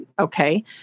okay